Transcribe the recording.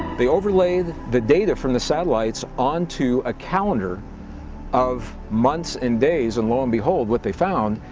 they overlaid the data from the satellites onto a calendar of months and days, and long behold what they found,